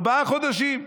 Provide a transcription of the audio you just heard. ארבעה חודשים,